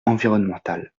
environnementale